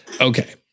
Okay